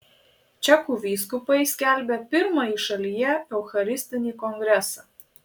čekų vyskupai skelbia pirmąjį šalyje eucharistinį kongresą